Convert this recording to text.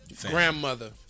grandmother